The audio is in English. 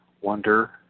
wonder